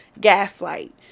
Gaslight